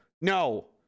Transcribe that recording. no